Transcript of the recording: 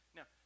Now